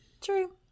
True